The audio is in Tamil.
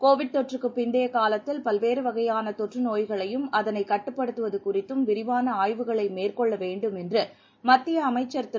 கோவிட் தொற்றுக்குப் பிந்தைய காலத்தில் பல்வேறு வகையான தொற்று நோய்களையும் அதனைக் கட்டுப்படுத்துவது குறித்தும் விரிவான ஆய்வுகளை மேற்கொள்ள வேண்டும் என்று மத்திய அமைச்சர் திரு